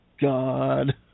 God